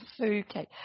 Okay